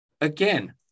again